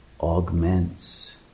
augments